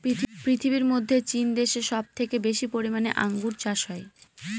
পৃথিবীর মধ্যে চীন দেশে সব থেকে বেশি পরিমানে আঙ্গুর চাষ হয়